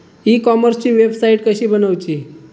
E कॉमर्सची website कशी बनवची?